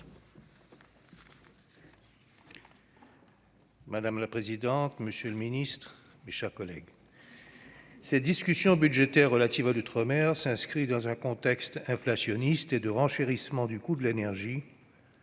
Madame la présidente, monsieur le ministre, mes chers collègues, cette discussion budgétaire relative à l'outre-mer s'inscrit dans un contexte inflationniste et de renchérissement du coût de l'énergie,